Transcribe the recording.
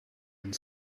and